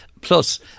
plus